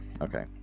Okay